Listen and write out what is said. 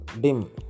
dim